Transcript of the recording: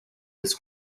this